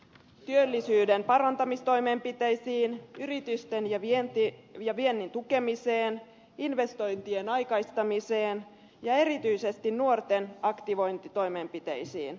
työllisyyden parantamistoimenpiteisiin yritysten ja viennin tukemiseen investointien aikaistamiseen ja erityisesti nuorten aktivointitoimenpiteisiin